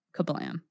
Kablam